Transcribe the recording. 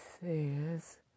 says